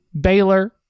baylor